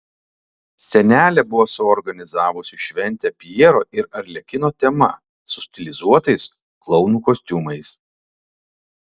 senelė buvo suorganizavusi šventę pjero ir arlekino tema su stilizuotais klounų kostiumais